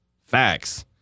Facts